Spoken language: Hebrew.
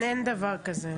אין דבר כזה.